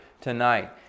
tonight